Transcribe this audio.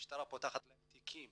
כשהמשטרה פותחת להם תיקים